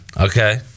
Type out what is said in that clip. Okay